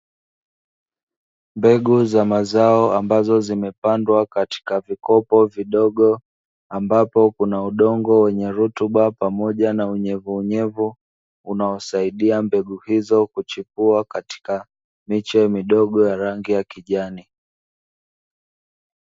Mbegu za mazao ambazo zimepandwa katika vikopo vidogo ambapo kuna udongo wenye rutuba pamoja na unyevunyevu, unaosaidia mbegu hizo kuchipua katika miche midogo ya rangi ya kijani.